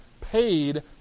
paid